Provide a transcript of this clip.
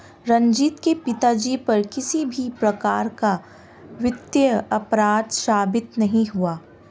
रंजीत के पिताजी पर किसी भी प्रकार का वित्तीय अपराध साबित नहीं हुआ